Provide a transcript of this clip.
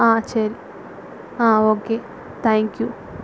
ஆ சரி ஆ okay thank you